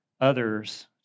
others